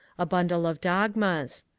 a bundle of dog mas.